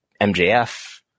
MJF